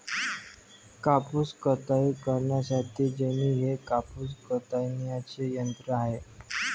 कापूस कताई करण्यासाठी जेनी हे कापूस कातण्याचे यंत्र आहे